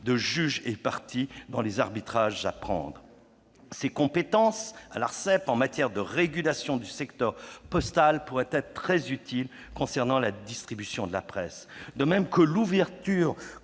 dire, juges et parties dans les arbitrages. Les compétences de l'Arcep en matière de régulation du secteur postal pourraient être très utiles s'agissant de la distribution de la presse, de même que l'ouverture